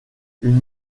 une